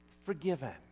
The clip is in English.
forgiven